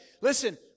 Listen